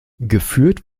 geführt